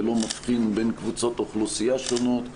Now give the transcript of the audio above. ולא מבחין בין קבוצות אוכלוסייה שונות,